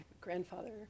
grandfather